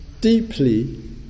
deeply